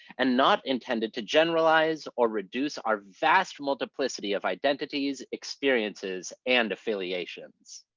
and not intended to generalize or reduce our vast multiplicity of identities, experiences, and affiliations.